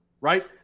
Right